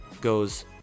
goes